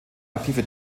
aktive